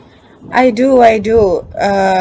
I do I do uh